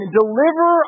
deliver